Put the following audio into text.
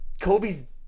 Kobe's